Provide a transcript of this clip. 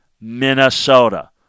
Minnesota